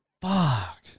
fuck